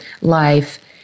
life